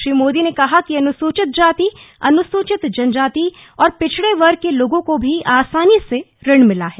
श्री मोदी ने कहा कि अनुसूचित जाति अनुसूचित जनजाति और पिछड़ा वर्ग को लोगों को भी आसानी से ऋण मिला है